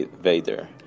Vader